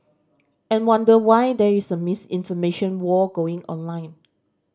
and wonder why there is a misinformation war going on online